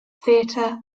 theater